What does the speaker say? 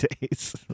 days